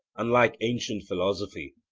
unlike ancient philosophy,